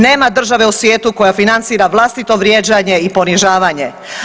Nema države u svijetu koja financira vlastito vrijeđanje i ponižavanje.